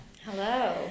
Hello